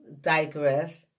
digress